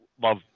love